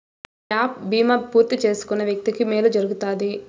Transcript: gap బీమా పూర్తి చేసుకున్న వ్యక్తికి మేలు జరుగుతాది